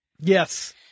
Yes